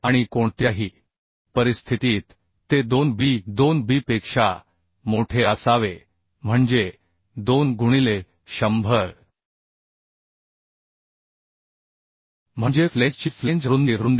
आणि कोणत्याही परिस्थितीत ते 2 B2 B पेक्षा मोठे असावे म्हणजे 2 गुणिले 100 म्हणजे फ्लेंजची फ्लेंज रुंदी